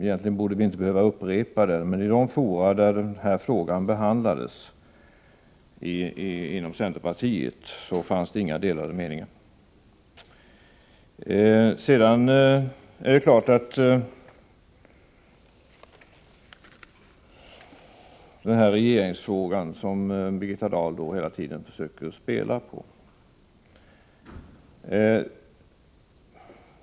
Egentligen borde vi inte behöva upprepa den. I de fora där denna fråga behandlades inom centerpartiet fanns inga delade meningar. Sedan till regeringsfrågan, som Birgitta Dahl hela tiden försöker anspela på.